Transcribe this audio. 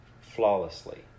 flawlessly